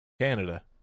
Canada